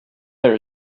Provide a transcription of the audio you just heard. there